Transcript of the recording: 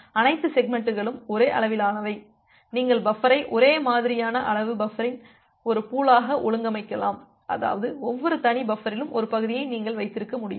அனைத்து செக்மெண்ட்களும் ஒரே அளவிலானவை நீங்கள் பஃபரை ஒரே மாதிரியான அளவு பஃபரின் ஒரு பூலாக ஒழுங்கமைக்கலாம் அதாவது ஒவ்வொரு தனி பஃபரிலும் ஒரு பகுதியை நீங்கள் வைத்திருக்க முடியும்